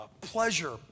pleasure